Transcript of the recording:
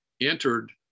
entered